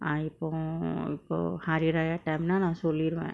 ah இப்போ இப்போ:ippo ippo hari raya time னா நா சொல்லிருவ:na na solliruva